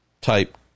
type